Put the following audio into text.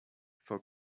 for